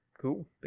cool